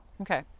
Okay